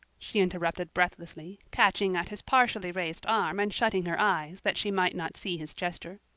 she interrupted breathlessly, catching at his partially raised arm and shutting her eyes that she might not see his gesture.